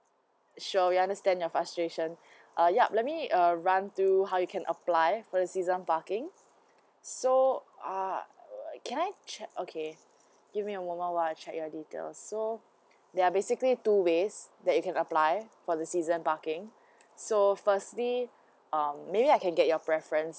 sure we understand your frustration uh yup let me uh run through how you can apply for the season parking so err can I check okay give me a moment while I check your details so ya basically two ways that you can apply for the season parking so firstly um maybe I can get your preference